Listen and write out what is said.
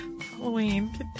Halloween